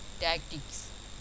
tactics